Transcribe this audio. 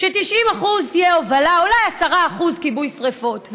ש-90% תהיה הובלה, אולי 10% כיבוי שרפות.